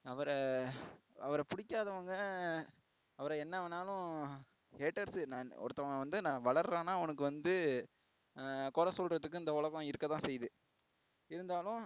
அவரை அவரை பிடிக்காதவங்க அவரை என்ன வேணாலும் ஹேட்டர்சு ஒருத்தங்க வந்து வளரான்னால் அவனுக்கு வந்து கொறை சொல்கிறதுக்கு இந்த உலகம் இருக்க தான் செய்யுது இருந்தாலும்